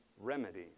Remedy